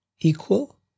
equal